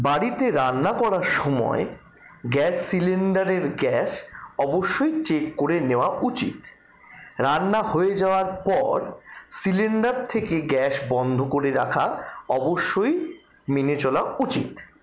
বাড়িতে রান্না করার সময় গ্যাস সিলিন্ডারের গ্যাস অবশ্যই চেক করে নেওয়া উচিত রান্না হয়ে যাওয়ার পর সিলিন্ডার থেকে গ্যাস বন্ধ করে রাখা অবশ্যই মেনে চলা উচিত